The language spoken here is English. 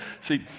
See